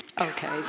Okay